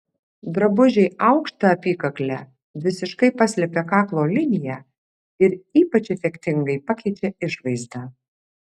drabužiai aukšta apykakle visiškai paslepia kaklo liniją ir ypač efektingai pakeičia išvaizdą